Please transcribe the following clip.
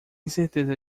certeza